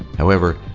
however,